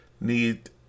need